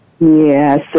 Yes